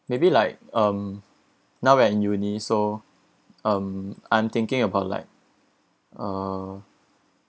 maybe like um now we're in uni so um I'm thinking about like uh